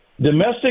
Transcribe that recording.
Domestic